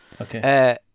Okay